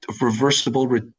reversible